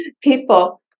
people